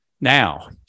Now